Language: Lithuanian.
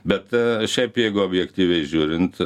bet šiaip jeigu objektyviai žiūrint